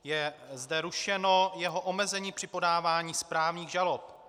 Je zde rušeno jeho omezení při podávání správních žalob.